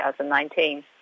2019